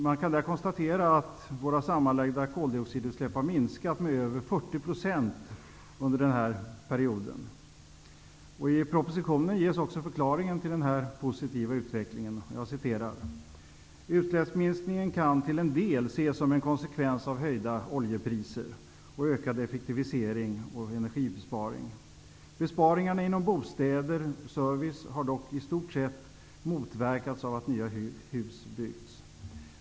Man kan där konstatera att våra sammanlagda koldioxidutsläpp har minskat med över 40 % under den perioden. I propositionen ges också förklaringen till denna positiva utveckling. Jag citerar: ''Utsläppsminskningen kan till en del ses som en konsekvens av höjda oljepriser och ökad effektivisering och energibesparing. Besparingarna inom bostäder/service har dock i stort sett motverkats av att nya hus byggts.